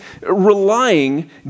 relying